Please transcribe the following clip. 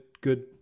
good